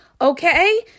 Okay